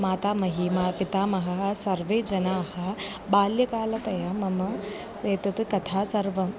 मातामही मा पितामहः सर्वे जनाः बाल्यकालतया मम एतत् कथा सर्वम्